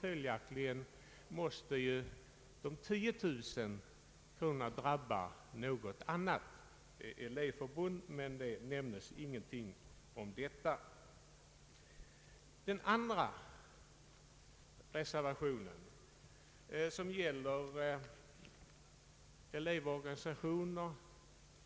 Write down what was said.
Följaktligen måste de 10 000 kronorna tas från något annat elevförbund, men ingenting nämns om detta. Den andra reservationen gäller fördelningen av bidrag till elevorganisationerna.